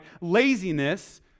laziness